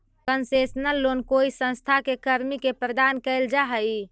concessional loan कोई संस्था के कर्मी के प्रदान कैल जा हइ